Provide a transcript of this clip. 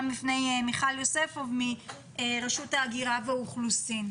לפני מיכל יוספוב מרשות הגירה והאוכלוסין,